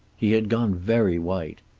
he had gone very white.